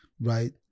right